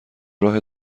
راه